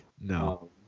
No